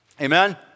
Amen